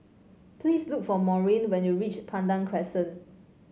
please look for Maurine when you reach Pandan Crescent